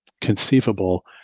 conceivable